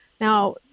Now